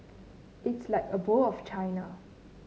it's like a bowl of china